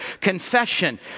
Confession